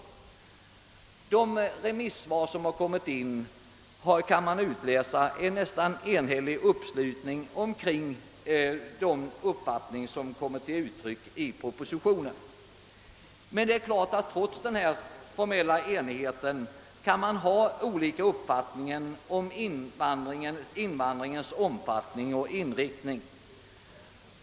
Remissvaren visar en nästan enhällig uppslutning kring den uppfattning som kommer till uttryck i propositionen. Trots den formella enigheten kan man naturligtvis ha olika uppfattningar om invandringens omfattning och inriktning.